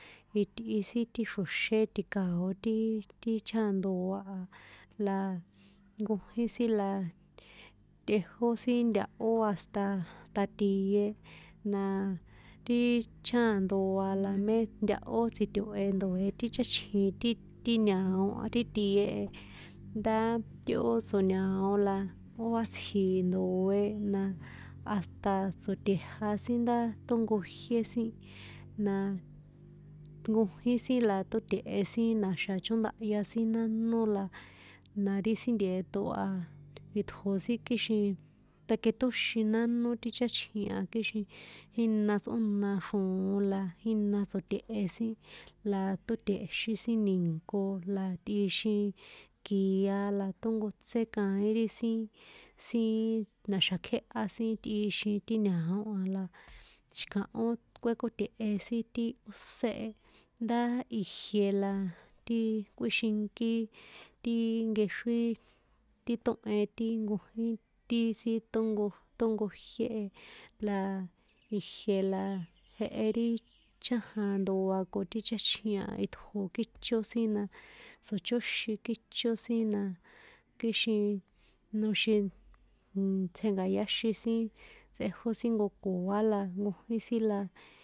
Itꞌi sin ti xro̱sé ti̱kao̱ ti- i, ti cháandoa a, la jkojín sin la tꞌejó sin ntaho hasta tie la ti cha- andoa la me ntaho tsito̱he ndoe ti cháchjin ti ti ñao ti tie nda ti ó tso̱ñao la ó sátsji̱ ndoe la hasta tso̱tejia sin nda tso̱nkojié sin la nkojín sin la tote̱he sin na̱xa̱ chóndahya sin nánó la ndá ti sin nte̱to itjo sin kixin taketoxin nánó ti cháchjin kixin jína tsꞌona xroon la jína tso̱te̱he sin la totexin sin ni̱nko la tꞌixin kia la tonkotse kaín ri sin sin na̱xa̱ kjeha sin tixin ti ñao a la xi̱kaho kuekote̱he sin ti óse e ndá ijie la ti kꞌuixinki ti nkexri ti tohen ti nkojín ti sin tonko tonkojie la ijie la jehe ri chanjandoa la ko ti cháchji a itjo kícho sin na tsochóxin kicho sin kixin noxin ntsjenkayaxin sin tsꞌejó sin nkokoa la nkojín sin la.